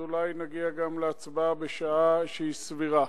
אז אולי נגיע להצבעה בשעה סבירה.